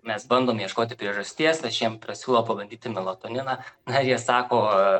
mes bandom ieškoti priežasties aš jiem pasiūlau pabandyti melatoniną na jie sako